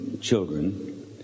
children